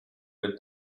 with